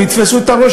ויתפסו את הראש,